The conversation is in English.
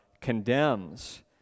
condemns